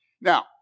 Now